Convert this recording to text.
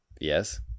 Yes